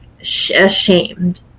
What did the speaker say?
ashamed